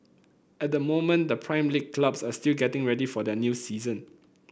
at the moment the Prime League clubs are still getting ready for their new season